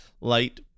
light